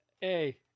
Hey